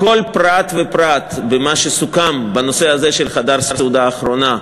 כל פרט ופרט במה שסוכם בנושא של חדר הסעודה האחרונה,